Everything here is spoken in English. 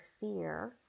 fear